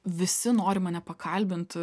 visi nori mane pakalbint